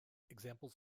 examples